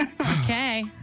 Okay